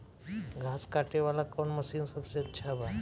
घास काटे वाला कौन मशीन सबसे अच्छा बा?